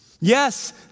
Yes